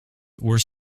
were